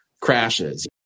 crashes